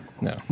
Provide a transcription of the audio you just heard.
No